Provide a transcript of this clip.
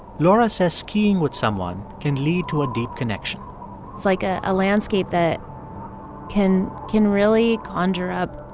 laura says skiing with someone can lead to a deep connection it's like ah a landscape that can can really conjure up